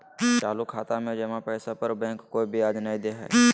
चालू खाता में जमा पैसा पर बैंक कोय ब्याज नय दे हइ